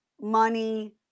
money